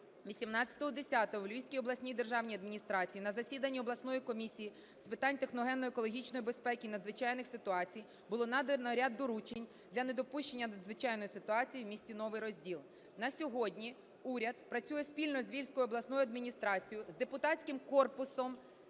18.10 у Львівській обласній державній адміністрації на засіданні обласної комісії з питань техногенно-екологічної безпеки та надзвичайних ситуацій було надано ряд доручень для недопущення надзвичайної ситуації у місті Новий Розділ. На сьогодні уряд працює спільно з Львівською обласною адміністрацією, з депутатським корпусом